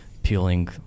peeling